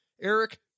Eric